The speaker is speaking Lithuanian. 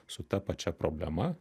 su ta pačia problema